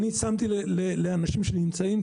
אני שמתי לאנשים שנמצאים,